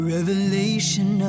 Revelation